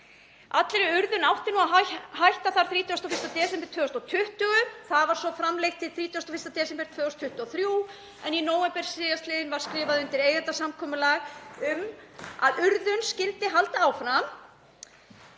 Allri urðun átti að hætta þar 31. desember 2020. Það var svo framlengt til 31. desember 2023 en í nóvember síðastliðnum var skrifað undir eigendasamkomulag um að urðun skyldi haldið áfram,